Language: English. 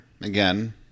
Again